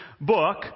book